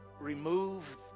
remove